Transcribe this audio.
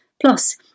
Plus